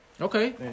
Okay